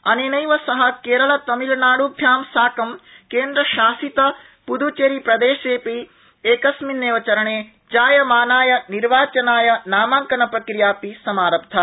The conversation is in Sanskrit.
अनेनैव सह केरलतमिलनाडुभ्यां साकं केन्द्रशासित पुदुच्चेरी प्रदेशेऽपि एकस्मिन्नेव चरणे जायमानाय निर्वाचनाय नामांकनप्रक्रियापि समारब्धा